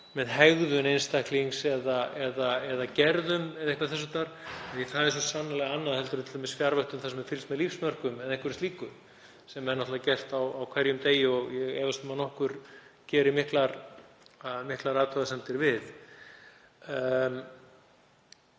með hegðun einstaklings eða gerðum eða einhverju þess háttar. Það er svo sannarlega annað en t.d. fjarvöktun þar sem er fylgst með lífsmörkum eða einhverju slíku, sem er náttúrlega gert á hverjum degi og ég efast um að nokkur geri miklar athugasemdir við.